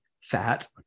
fat